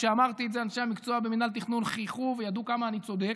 כשאמרתי את זה אנשי המקצוע במינהל התכנון חייכו וידעו כמה אני צודק,